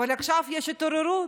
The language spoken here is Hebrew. אבל עכשיו יש התעוררות,